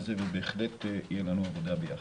ובהחלט תהיה לנו עבודה ביחד.